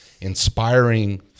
inspiring